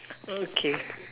okay